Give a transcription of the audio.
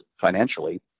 financially